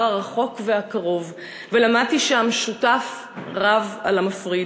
הרחוק והקרוב ולמדתי שהמשותף רב על המפריד,